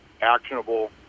actionable